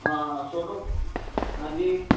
ਹਾਂ ਤੁਹਾਨੂੰ ਹਾਂਜੀ